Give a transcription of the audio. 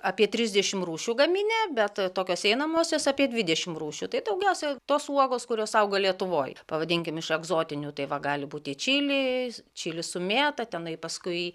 apie trisdešim rūšių gaminę bet tokios einamosios apie dvidešim rūšių tai daugiausia tos uogos kurios auga lietuvoj pavadinkim iš egzotinių tai va gali būti čili čili su mėta tenai paskui